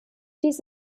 dies